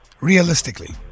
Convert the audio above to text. realistically